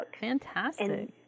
Fantastic